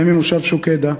שניהם ממושב שוקדה,